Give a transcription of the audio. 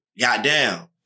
goddamn